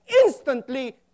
instantly